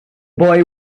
boy